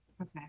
Okay